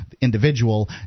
individual